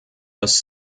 das